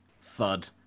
thud